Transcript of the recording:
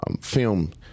film